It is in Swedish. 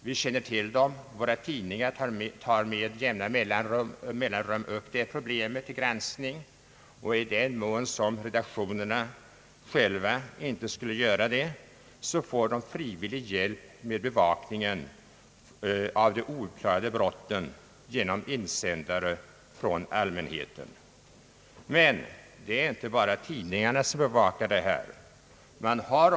Vi känner till dem, våra tidningar tar med jämna mellanrum upp problemet till granskning, och i den mån redaktionerna inte själva skulle göra det får de frivillig hjälp med bevakningen av de ouppklarade brotten genom insändare från allmänheten. Men det är inte bara tidningarna som bevakar de ouppklarade brotten.